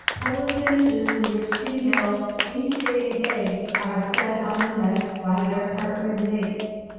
polar finches in which females incubating eggs are fed on the nest by their partnered mates,